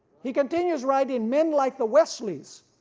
he continues writing. men like the wesleys,